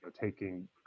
taking